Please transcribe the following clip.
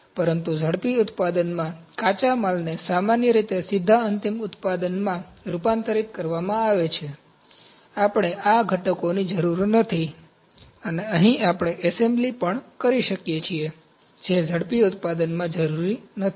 પરંતુ ઝડપી ઉત્પાદનમાં કાચા માલને સામાન્ય રીતે સીધા અંતિમ ઉત્પાદનમાં રૂપાંતરિત કરવામાં આવે છે આપણે આ ઘટકોની જરૂર નથી અને અહીં આપણે એસેમ્બલી પણ કરી શકીએ છીએ જે ઝડપી ઉત્પાદનમાં જરૂરી નથી